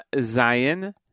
Zion